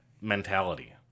mentality